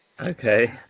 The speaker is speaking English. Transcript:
Okay